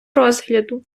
розгляду